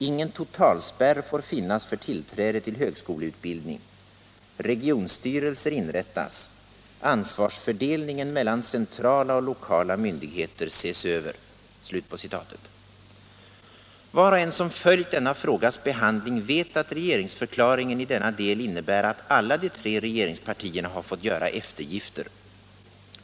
Ingen totalspärr får finnas för tillträde till högskoleutbildning. Regionstyrelser inrättas. Ansvarsfördelningen mellan centrala och lokala myndigheter ses över.” Var och en som följt denna frågas behandling vet att regeringsförklaringen i denna del innebär att alla de tre regeringspartierna fått göra eftergifter.